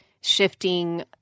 shifting